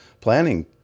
Planning